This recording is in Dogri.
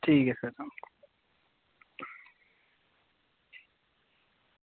ठीक ऐ सर